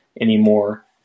anymore